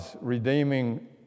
redeeming